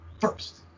first